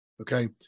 Okay